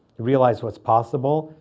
realize what's possible,